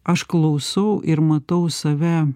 aš klausau ir matau save